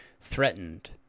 threatened